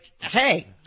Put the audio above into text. hey